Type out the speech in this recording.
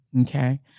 Okay